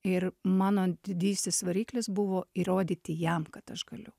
ir mano didysis variklis buvo įrodyti jam kad aš galiu